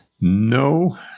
No